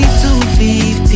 250